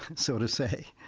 and so to say,